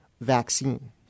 vaccine